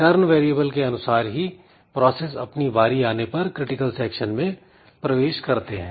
Turn variable के अनुसार ही प्रोसेस अपनी बारी आने पर क्रिटिकल सेक्शन में प्रवेश करते हैं